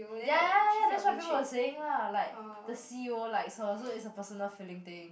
ya ya ya that's what people are saying lah like the C_E_O likes her so it's a personal feeling thing